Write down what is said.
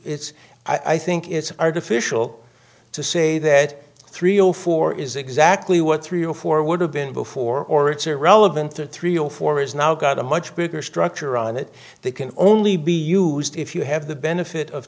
it's i think it's artificial to say that three or four is exactly what three or four would have been before or it's irrelevant the three or four is now got a much bigger structure on it they can only be used if you have the benefit of